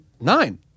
nine